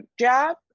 job